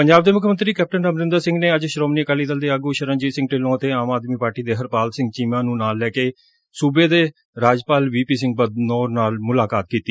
ਪੰਜਾਬ ਦੇ ਮੁੱਖ ਮੰਤਰੀ ਕੈਪਟਨ ਅਮਰਿੰਦਰ ਸਿੰਘ ਨੇ ਅੱਜ ਸ੍ਹੋਮਣੀ ਅਕਾਲੀ ਦਲ ਦੇ ਆਗੁ ਸ਼ਰਨਜੀਤ ਸਿੰਘ ਢਿੱਲੋਂ ਅਤੇ ਆਮ ਆਦਮੀ ਪਾਰਟੀ ਦੇ ਹਰਪਾਲ ਸਿੰਘ ਚੀਮਾ ਨੂੰ ਨਾਲ ਲੈ ਕੇ ਸੂਬੇ ਦੇ ਰਾਜਪਾਲ ਵੀ ਪੀ ਸਿੰਘ ਬਦਨੌਰ ਨਾਲ ਮੁਲਾਕਾਤ ਕੀਤੀ